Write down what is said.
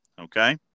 okay